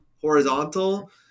horizontal